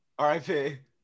RIP